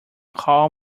call